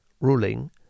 ruling